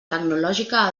tecnològica